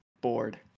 bored